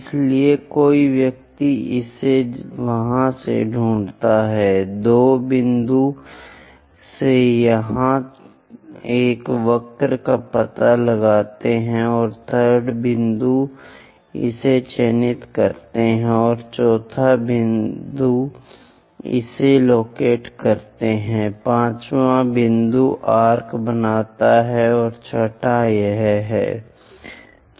इसलिए कोई व्यक्ति इसे वहाँ से ढूँढता है 2 बिंदु से यहाँ एक वक्र का पता लगाता है और 3rd पॉइंट इसे चयनित करता है और 4th पॉइंट इसे लोकेट करता है 5th पॉइंट आर्क बनाता है अब यह 6 वां है